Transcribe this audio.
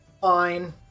Fine